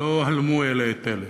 לא הלמו זו את זו.